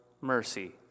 mercy